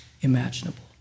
imaginable